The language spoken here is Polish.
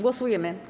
Głosujemy.